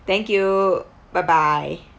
thank you bye bye